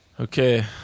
okay